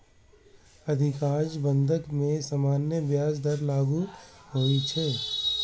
अधिकांश बंधक मे सामान्य ब्याज दर लागू होइ छै